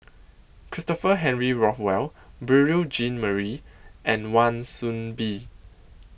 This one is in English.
Christopher Henry Rothwell Beurel Jean Marie and Wan Soon Bee